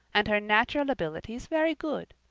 and her natural abilities very good.